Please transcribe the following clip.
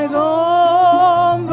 owe